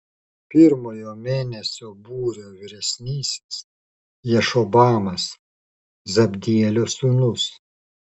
pirmojo mėnesio būrio vyresnysis jašobamas zabdielio sūnus